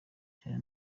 cyane